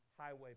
highway